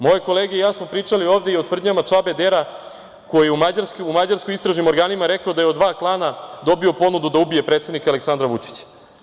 Moje kolege i ja smo pričali ovde i o tvrdnjama Čabe Dera koji je u mađarskim istražnim rekao da od dva klana dobio ponudu da ubije predsednika Aleksandra Vučića.